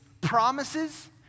promises